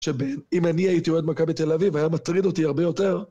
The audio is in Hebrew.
אם אני הייתי עוד מכבי תל אביב היה מטריד אותי הרבה יותר